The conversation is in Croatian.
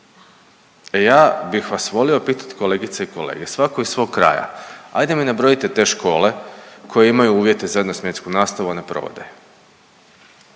Ja bih vas volio pitati kolegice i kolege svatko iz svog kraja, hajde mi nabrojite te škole koje imaju uvjete za jednosmjensku nastavu a ne provode